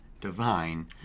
divine